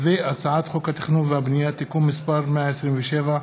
הצעת חוק התכנון והבנייה (תיקון מס' 127)